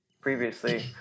previously